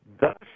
thus